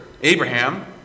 Abraham